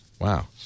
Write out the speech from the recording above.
Wow